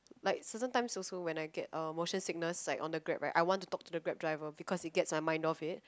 like certain times also when I get uh emotion sickness like on the grab right I want to talk to the grab driver because it gets my mind off it